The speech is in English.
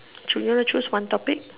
choose you want to choose one topic